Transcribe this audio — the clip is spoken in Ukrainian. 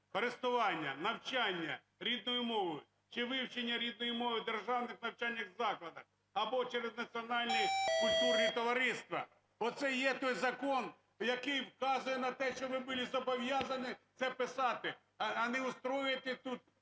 користування і навчання рідною мовою чи вивчення рідної мови в державних навчальних закладах або через національно-культурні товариства…" Оце є той закон, який вказує на те, що ви були зобов'язані це писати, а не устроювати тут